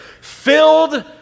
filled